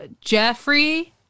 Jeffrey